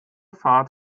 fahrt